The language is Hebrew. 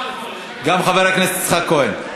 גם חבר הכנסת יצחק כהן.